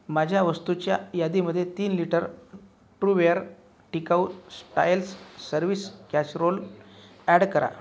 माझ्या वस्तूच्या यादीमध्ये तीन लिटर ट्रूवेअर टिकाऊ स्टायल्स सर्व्हिस कॅसरोल ॲड करा